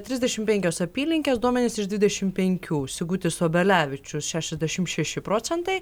trisdešimt penkios apylinkės duomenys iš dvidešimt penkių sigutis obelevičius šešiasdešimt šeši procentai